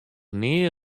nea